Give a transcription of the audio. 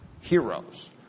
heroes